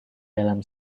dalam